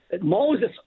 Moses